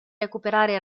recuperare